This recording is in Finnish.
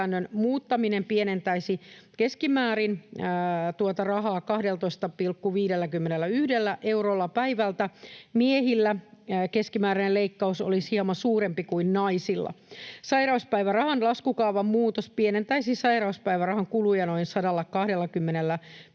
muuttaminen pienentäisi keskimäärin tuota rahaa 12,51 eurolla päivältä. Miehillä keskimääräinen leikkaus olisi hieman suurempi kuin naisilla. Sairauspäivärahan laskukaavan muutos pienentäisi sairauspäivärahan kuluja noin 120 miljoonalla